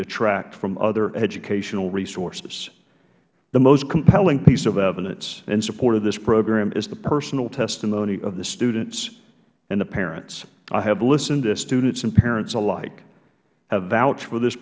detract from other educational resources the most compelling piece of evidence in support of this program is the personal testimony of the students and the parents i have listened as students and parents alike have vouched for this